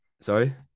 Sorry